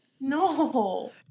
No